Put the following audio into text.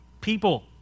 people